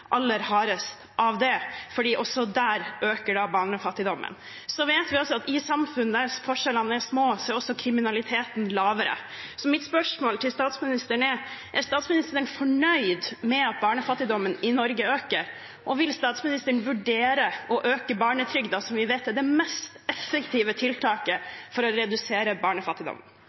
aller hardest av det, fordi også der øker barnefattigdommen. Vi vet også at i samfunn der forskjellene er små, er også kriminaliteten lavere. Mitt spørsmål til statsministeren er: Er statsministeren fornøyd med at barnefattigdommen i Norge øker, og vil statsministeren vurdere å øke barnetrygden, som vi vet er det mest effektive tiltaket for å redusere barnefattigdom?